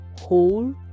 whole